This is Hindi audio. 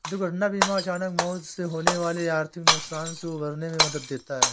दुर्घटना बीमा अचानक मौत से होने वाले आर्थिक नुकसान से उबरने में मदद देता है